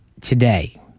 today